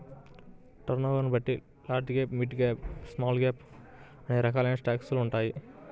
టర్నోవర్ని బట్టి large cap, mid cap, small cap అనే రకాలైన స్టాక్స్ ఉంటాయి